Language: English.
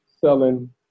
selling